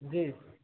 جی